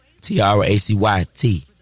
T-R-A-C-Y-T